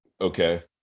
Okay